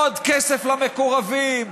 עוד כסף למקורבים,